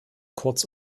kurz